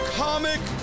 comic